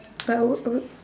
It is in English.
but I would I would